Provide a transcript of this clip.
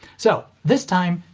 so, this time,